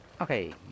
Okay